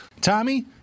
Tommy